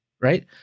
right